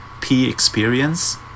P-Experience